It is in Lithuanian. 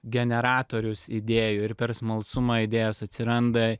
generatorius idėjų ir per smalsumą idėjos atsiranda